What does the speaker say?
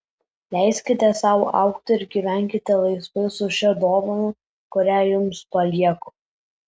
leiskite sau augti ir gyvenkite laisvai su šia dovana kurią jums palieku